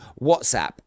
whatsapp